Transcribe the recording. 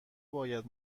باید